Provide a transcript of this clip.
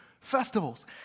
festivals